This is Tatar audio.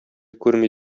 күрми